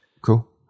Cool